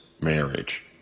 marriage